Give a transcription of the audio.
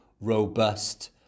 robust